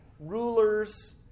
rulers